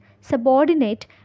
subordinate